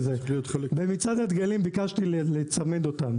במצעד הדגלים ביקשתי לצמד אותם,